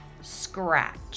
scratch